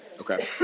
okay